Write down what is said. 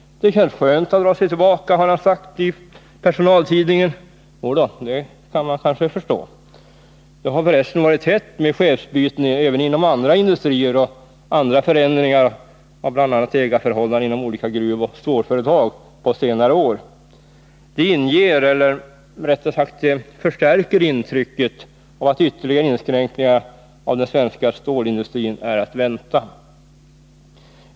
Det känns skönt att dra sig tillbaka, har han sagt i personaltidningen. Ja, det kan man nog förstå. Det har för resten varit tätt med chefsbyten även inom andra industrier. Också förändringar i bl.a. ägarförhållandena inom olika gruvoch stålföretag har förekommit på senare år. Det ger, eller rättare sagt förstärker, intrycket av att ytterligare inskränkningar av den svenska stålindustrin är att vänta.